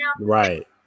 right